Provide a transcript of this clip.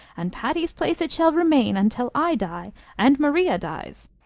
and patty's place it shall remain until i die and maria dies.